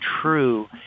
true